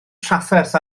trafferth